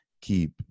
keep